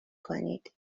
کنید